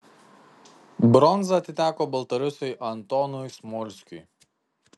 bronza atiteko baltarusiui antonui smolskiui